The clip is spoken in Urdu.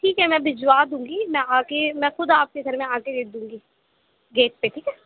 ٹھیک ہے میں بھیجوا دوں گی میں آ کے میں خود آپ کے گھر میں آ کے دے دوں گی گیٹ پہ ٹھیک ہے